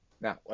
Now